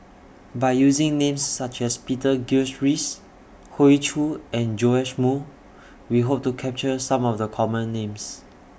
By using Names such as Peter Gilchrist Hoey Choo and Joash Moo We Hope to capture Some of The Common Names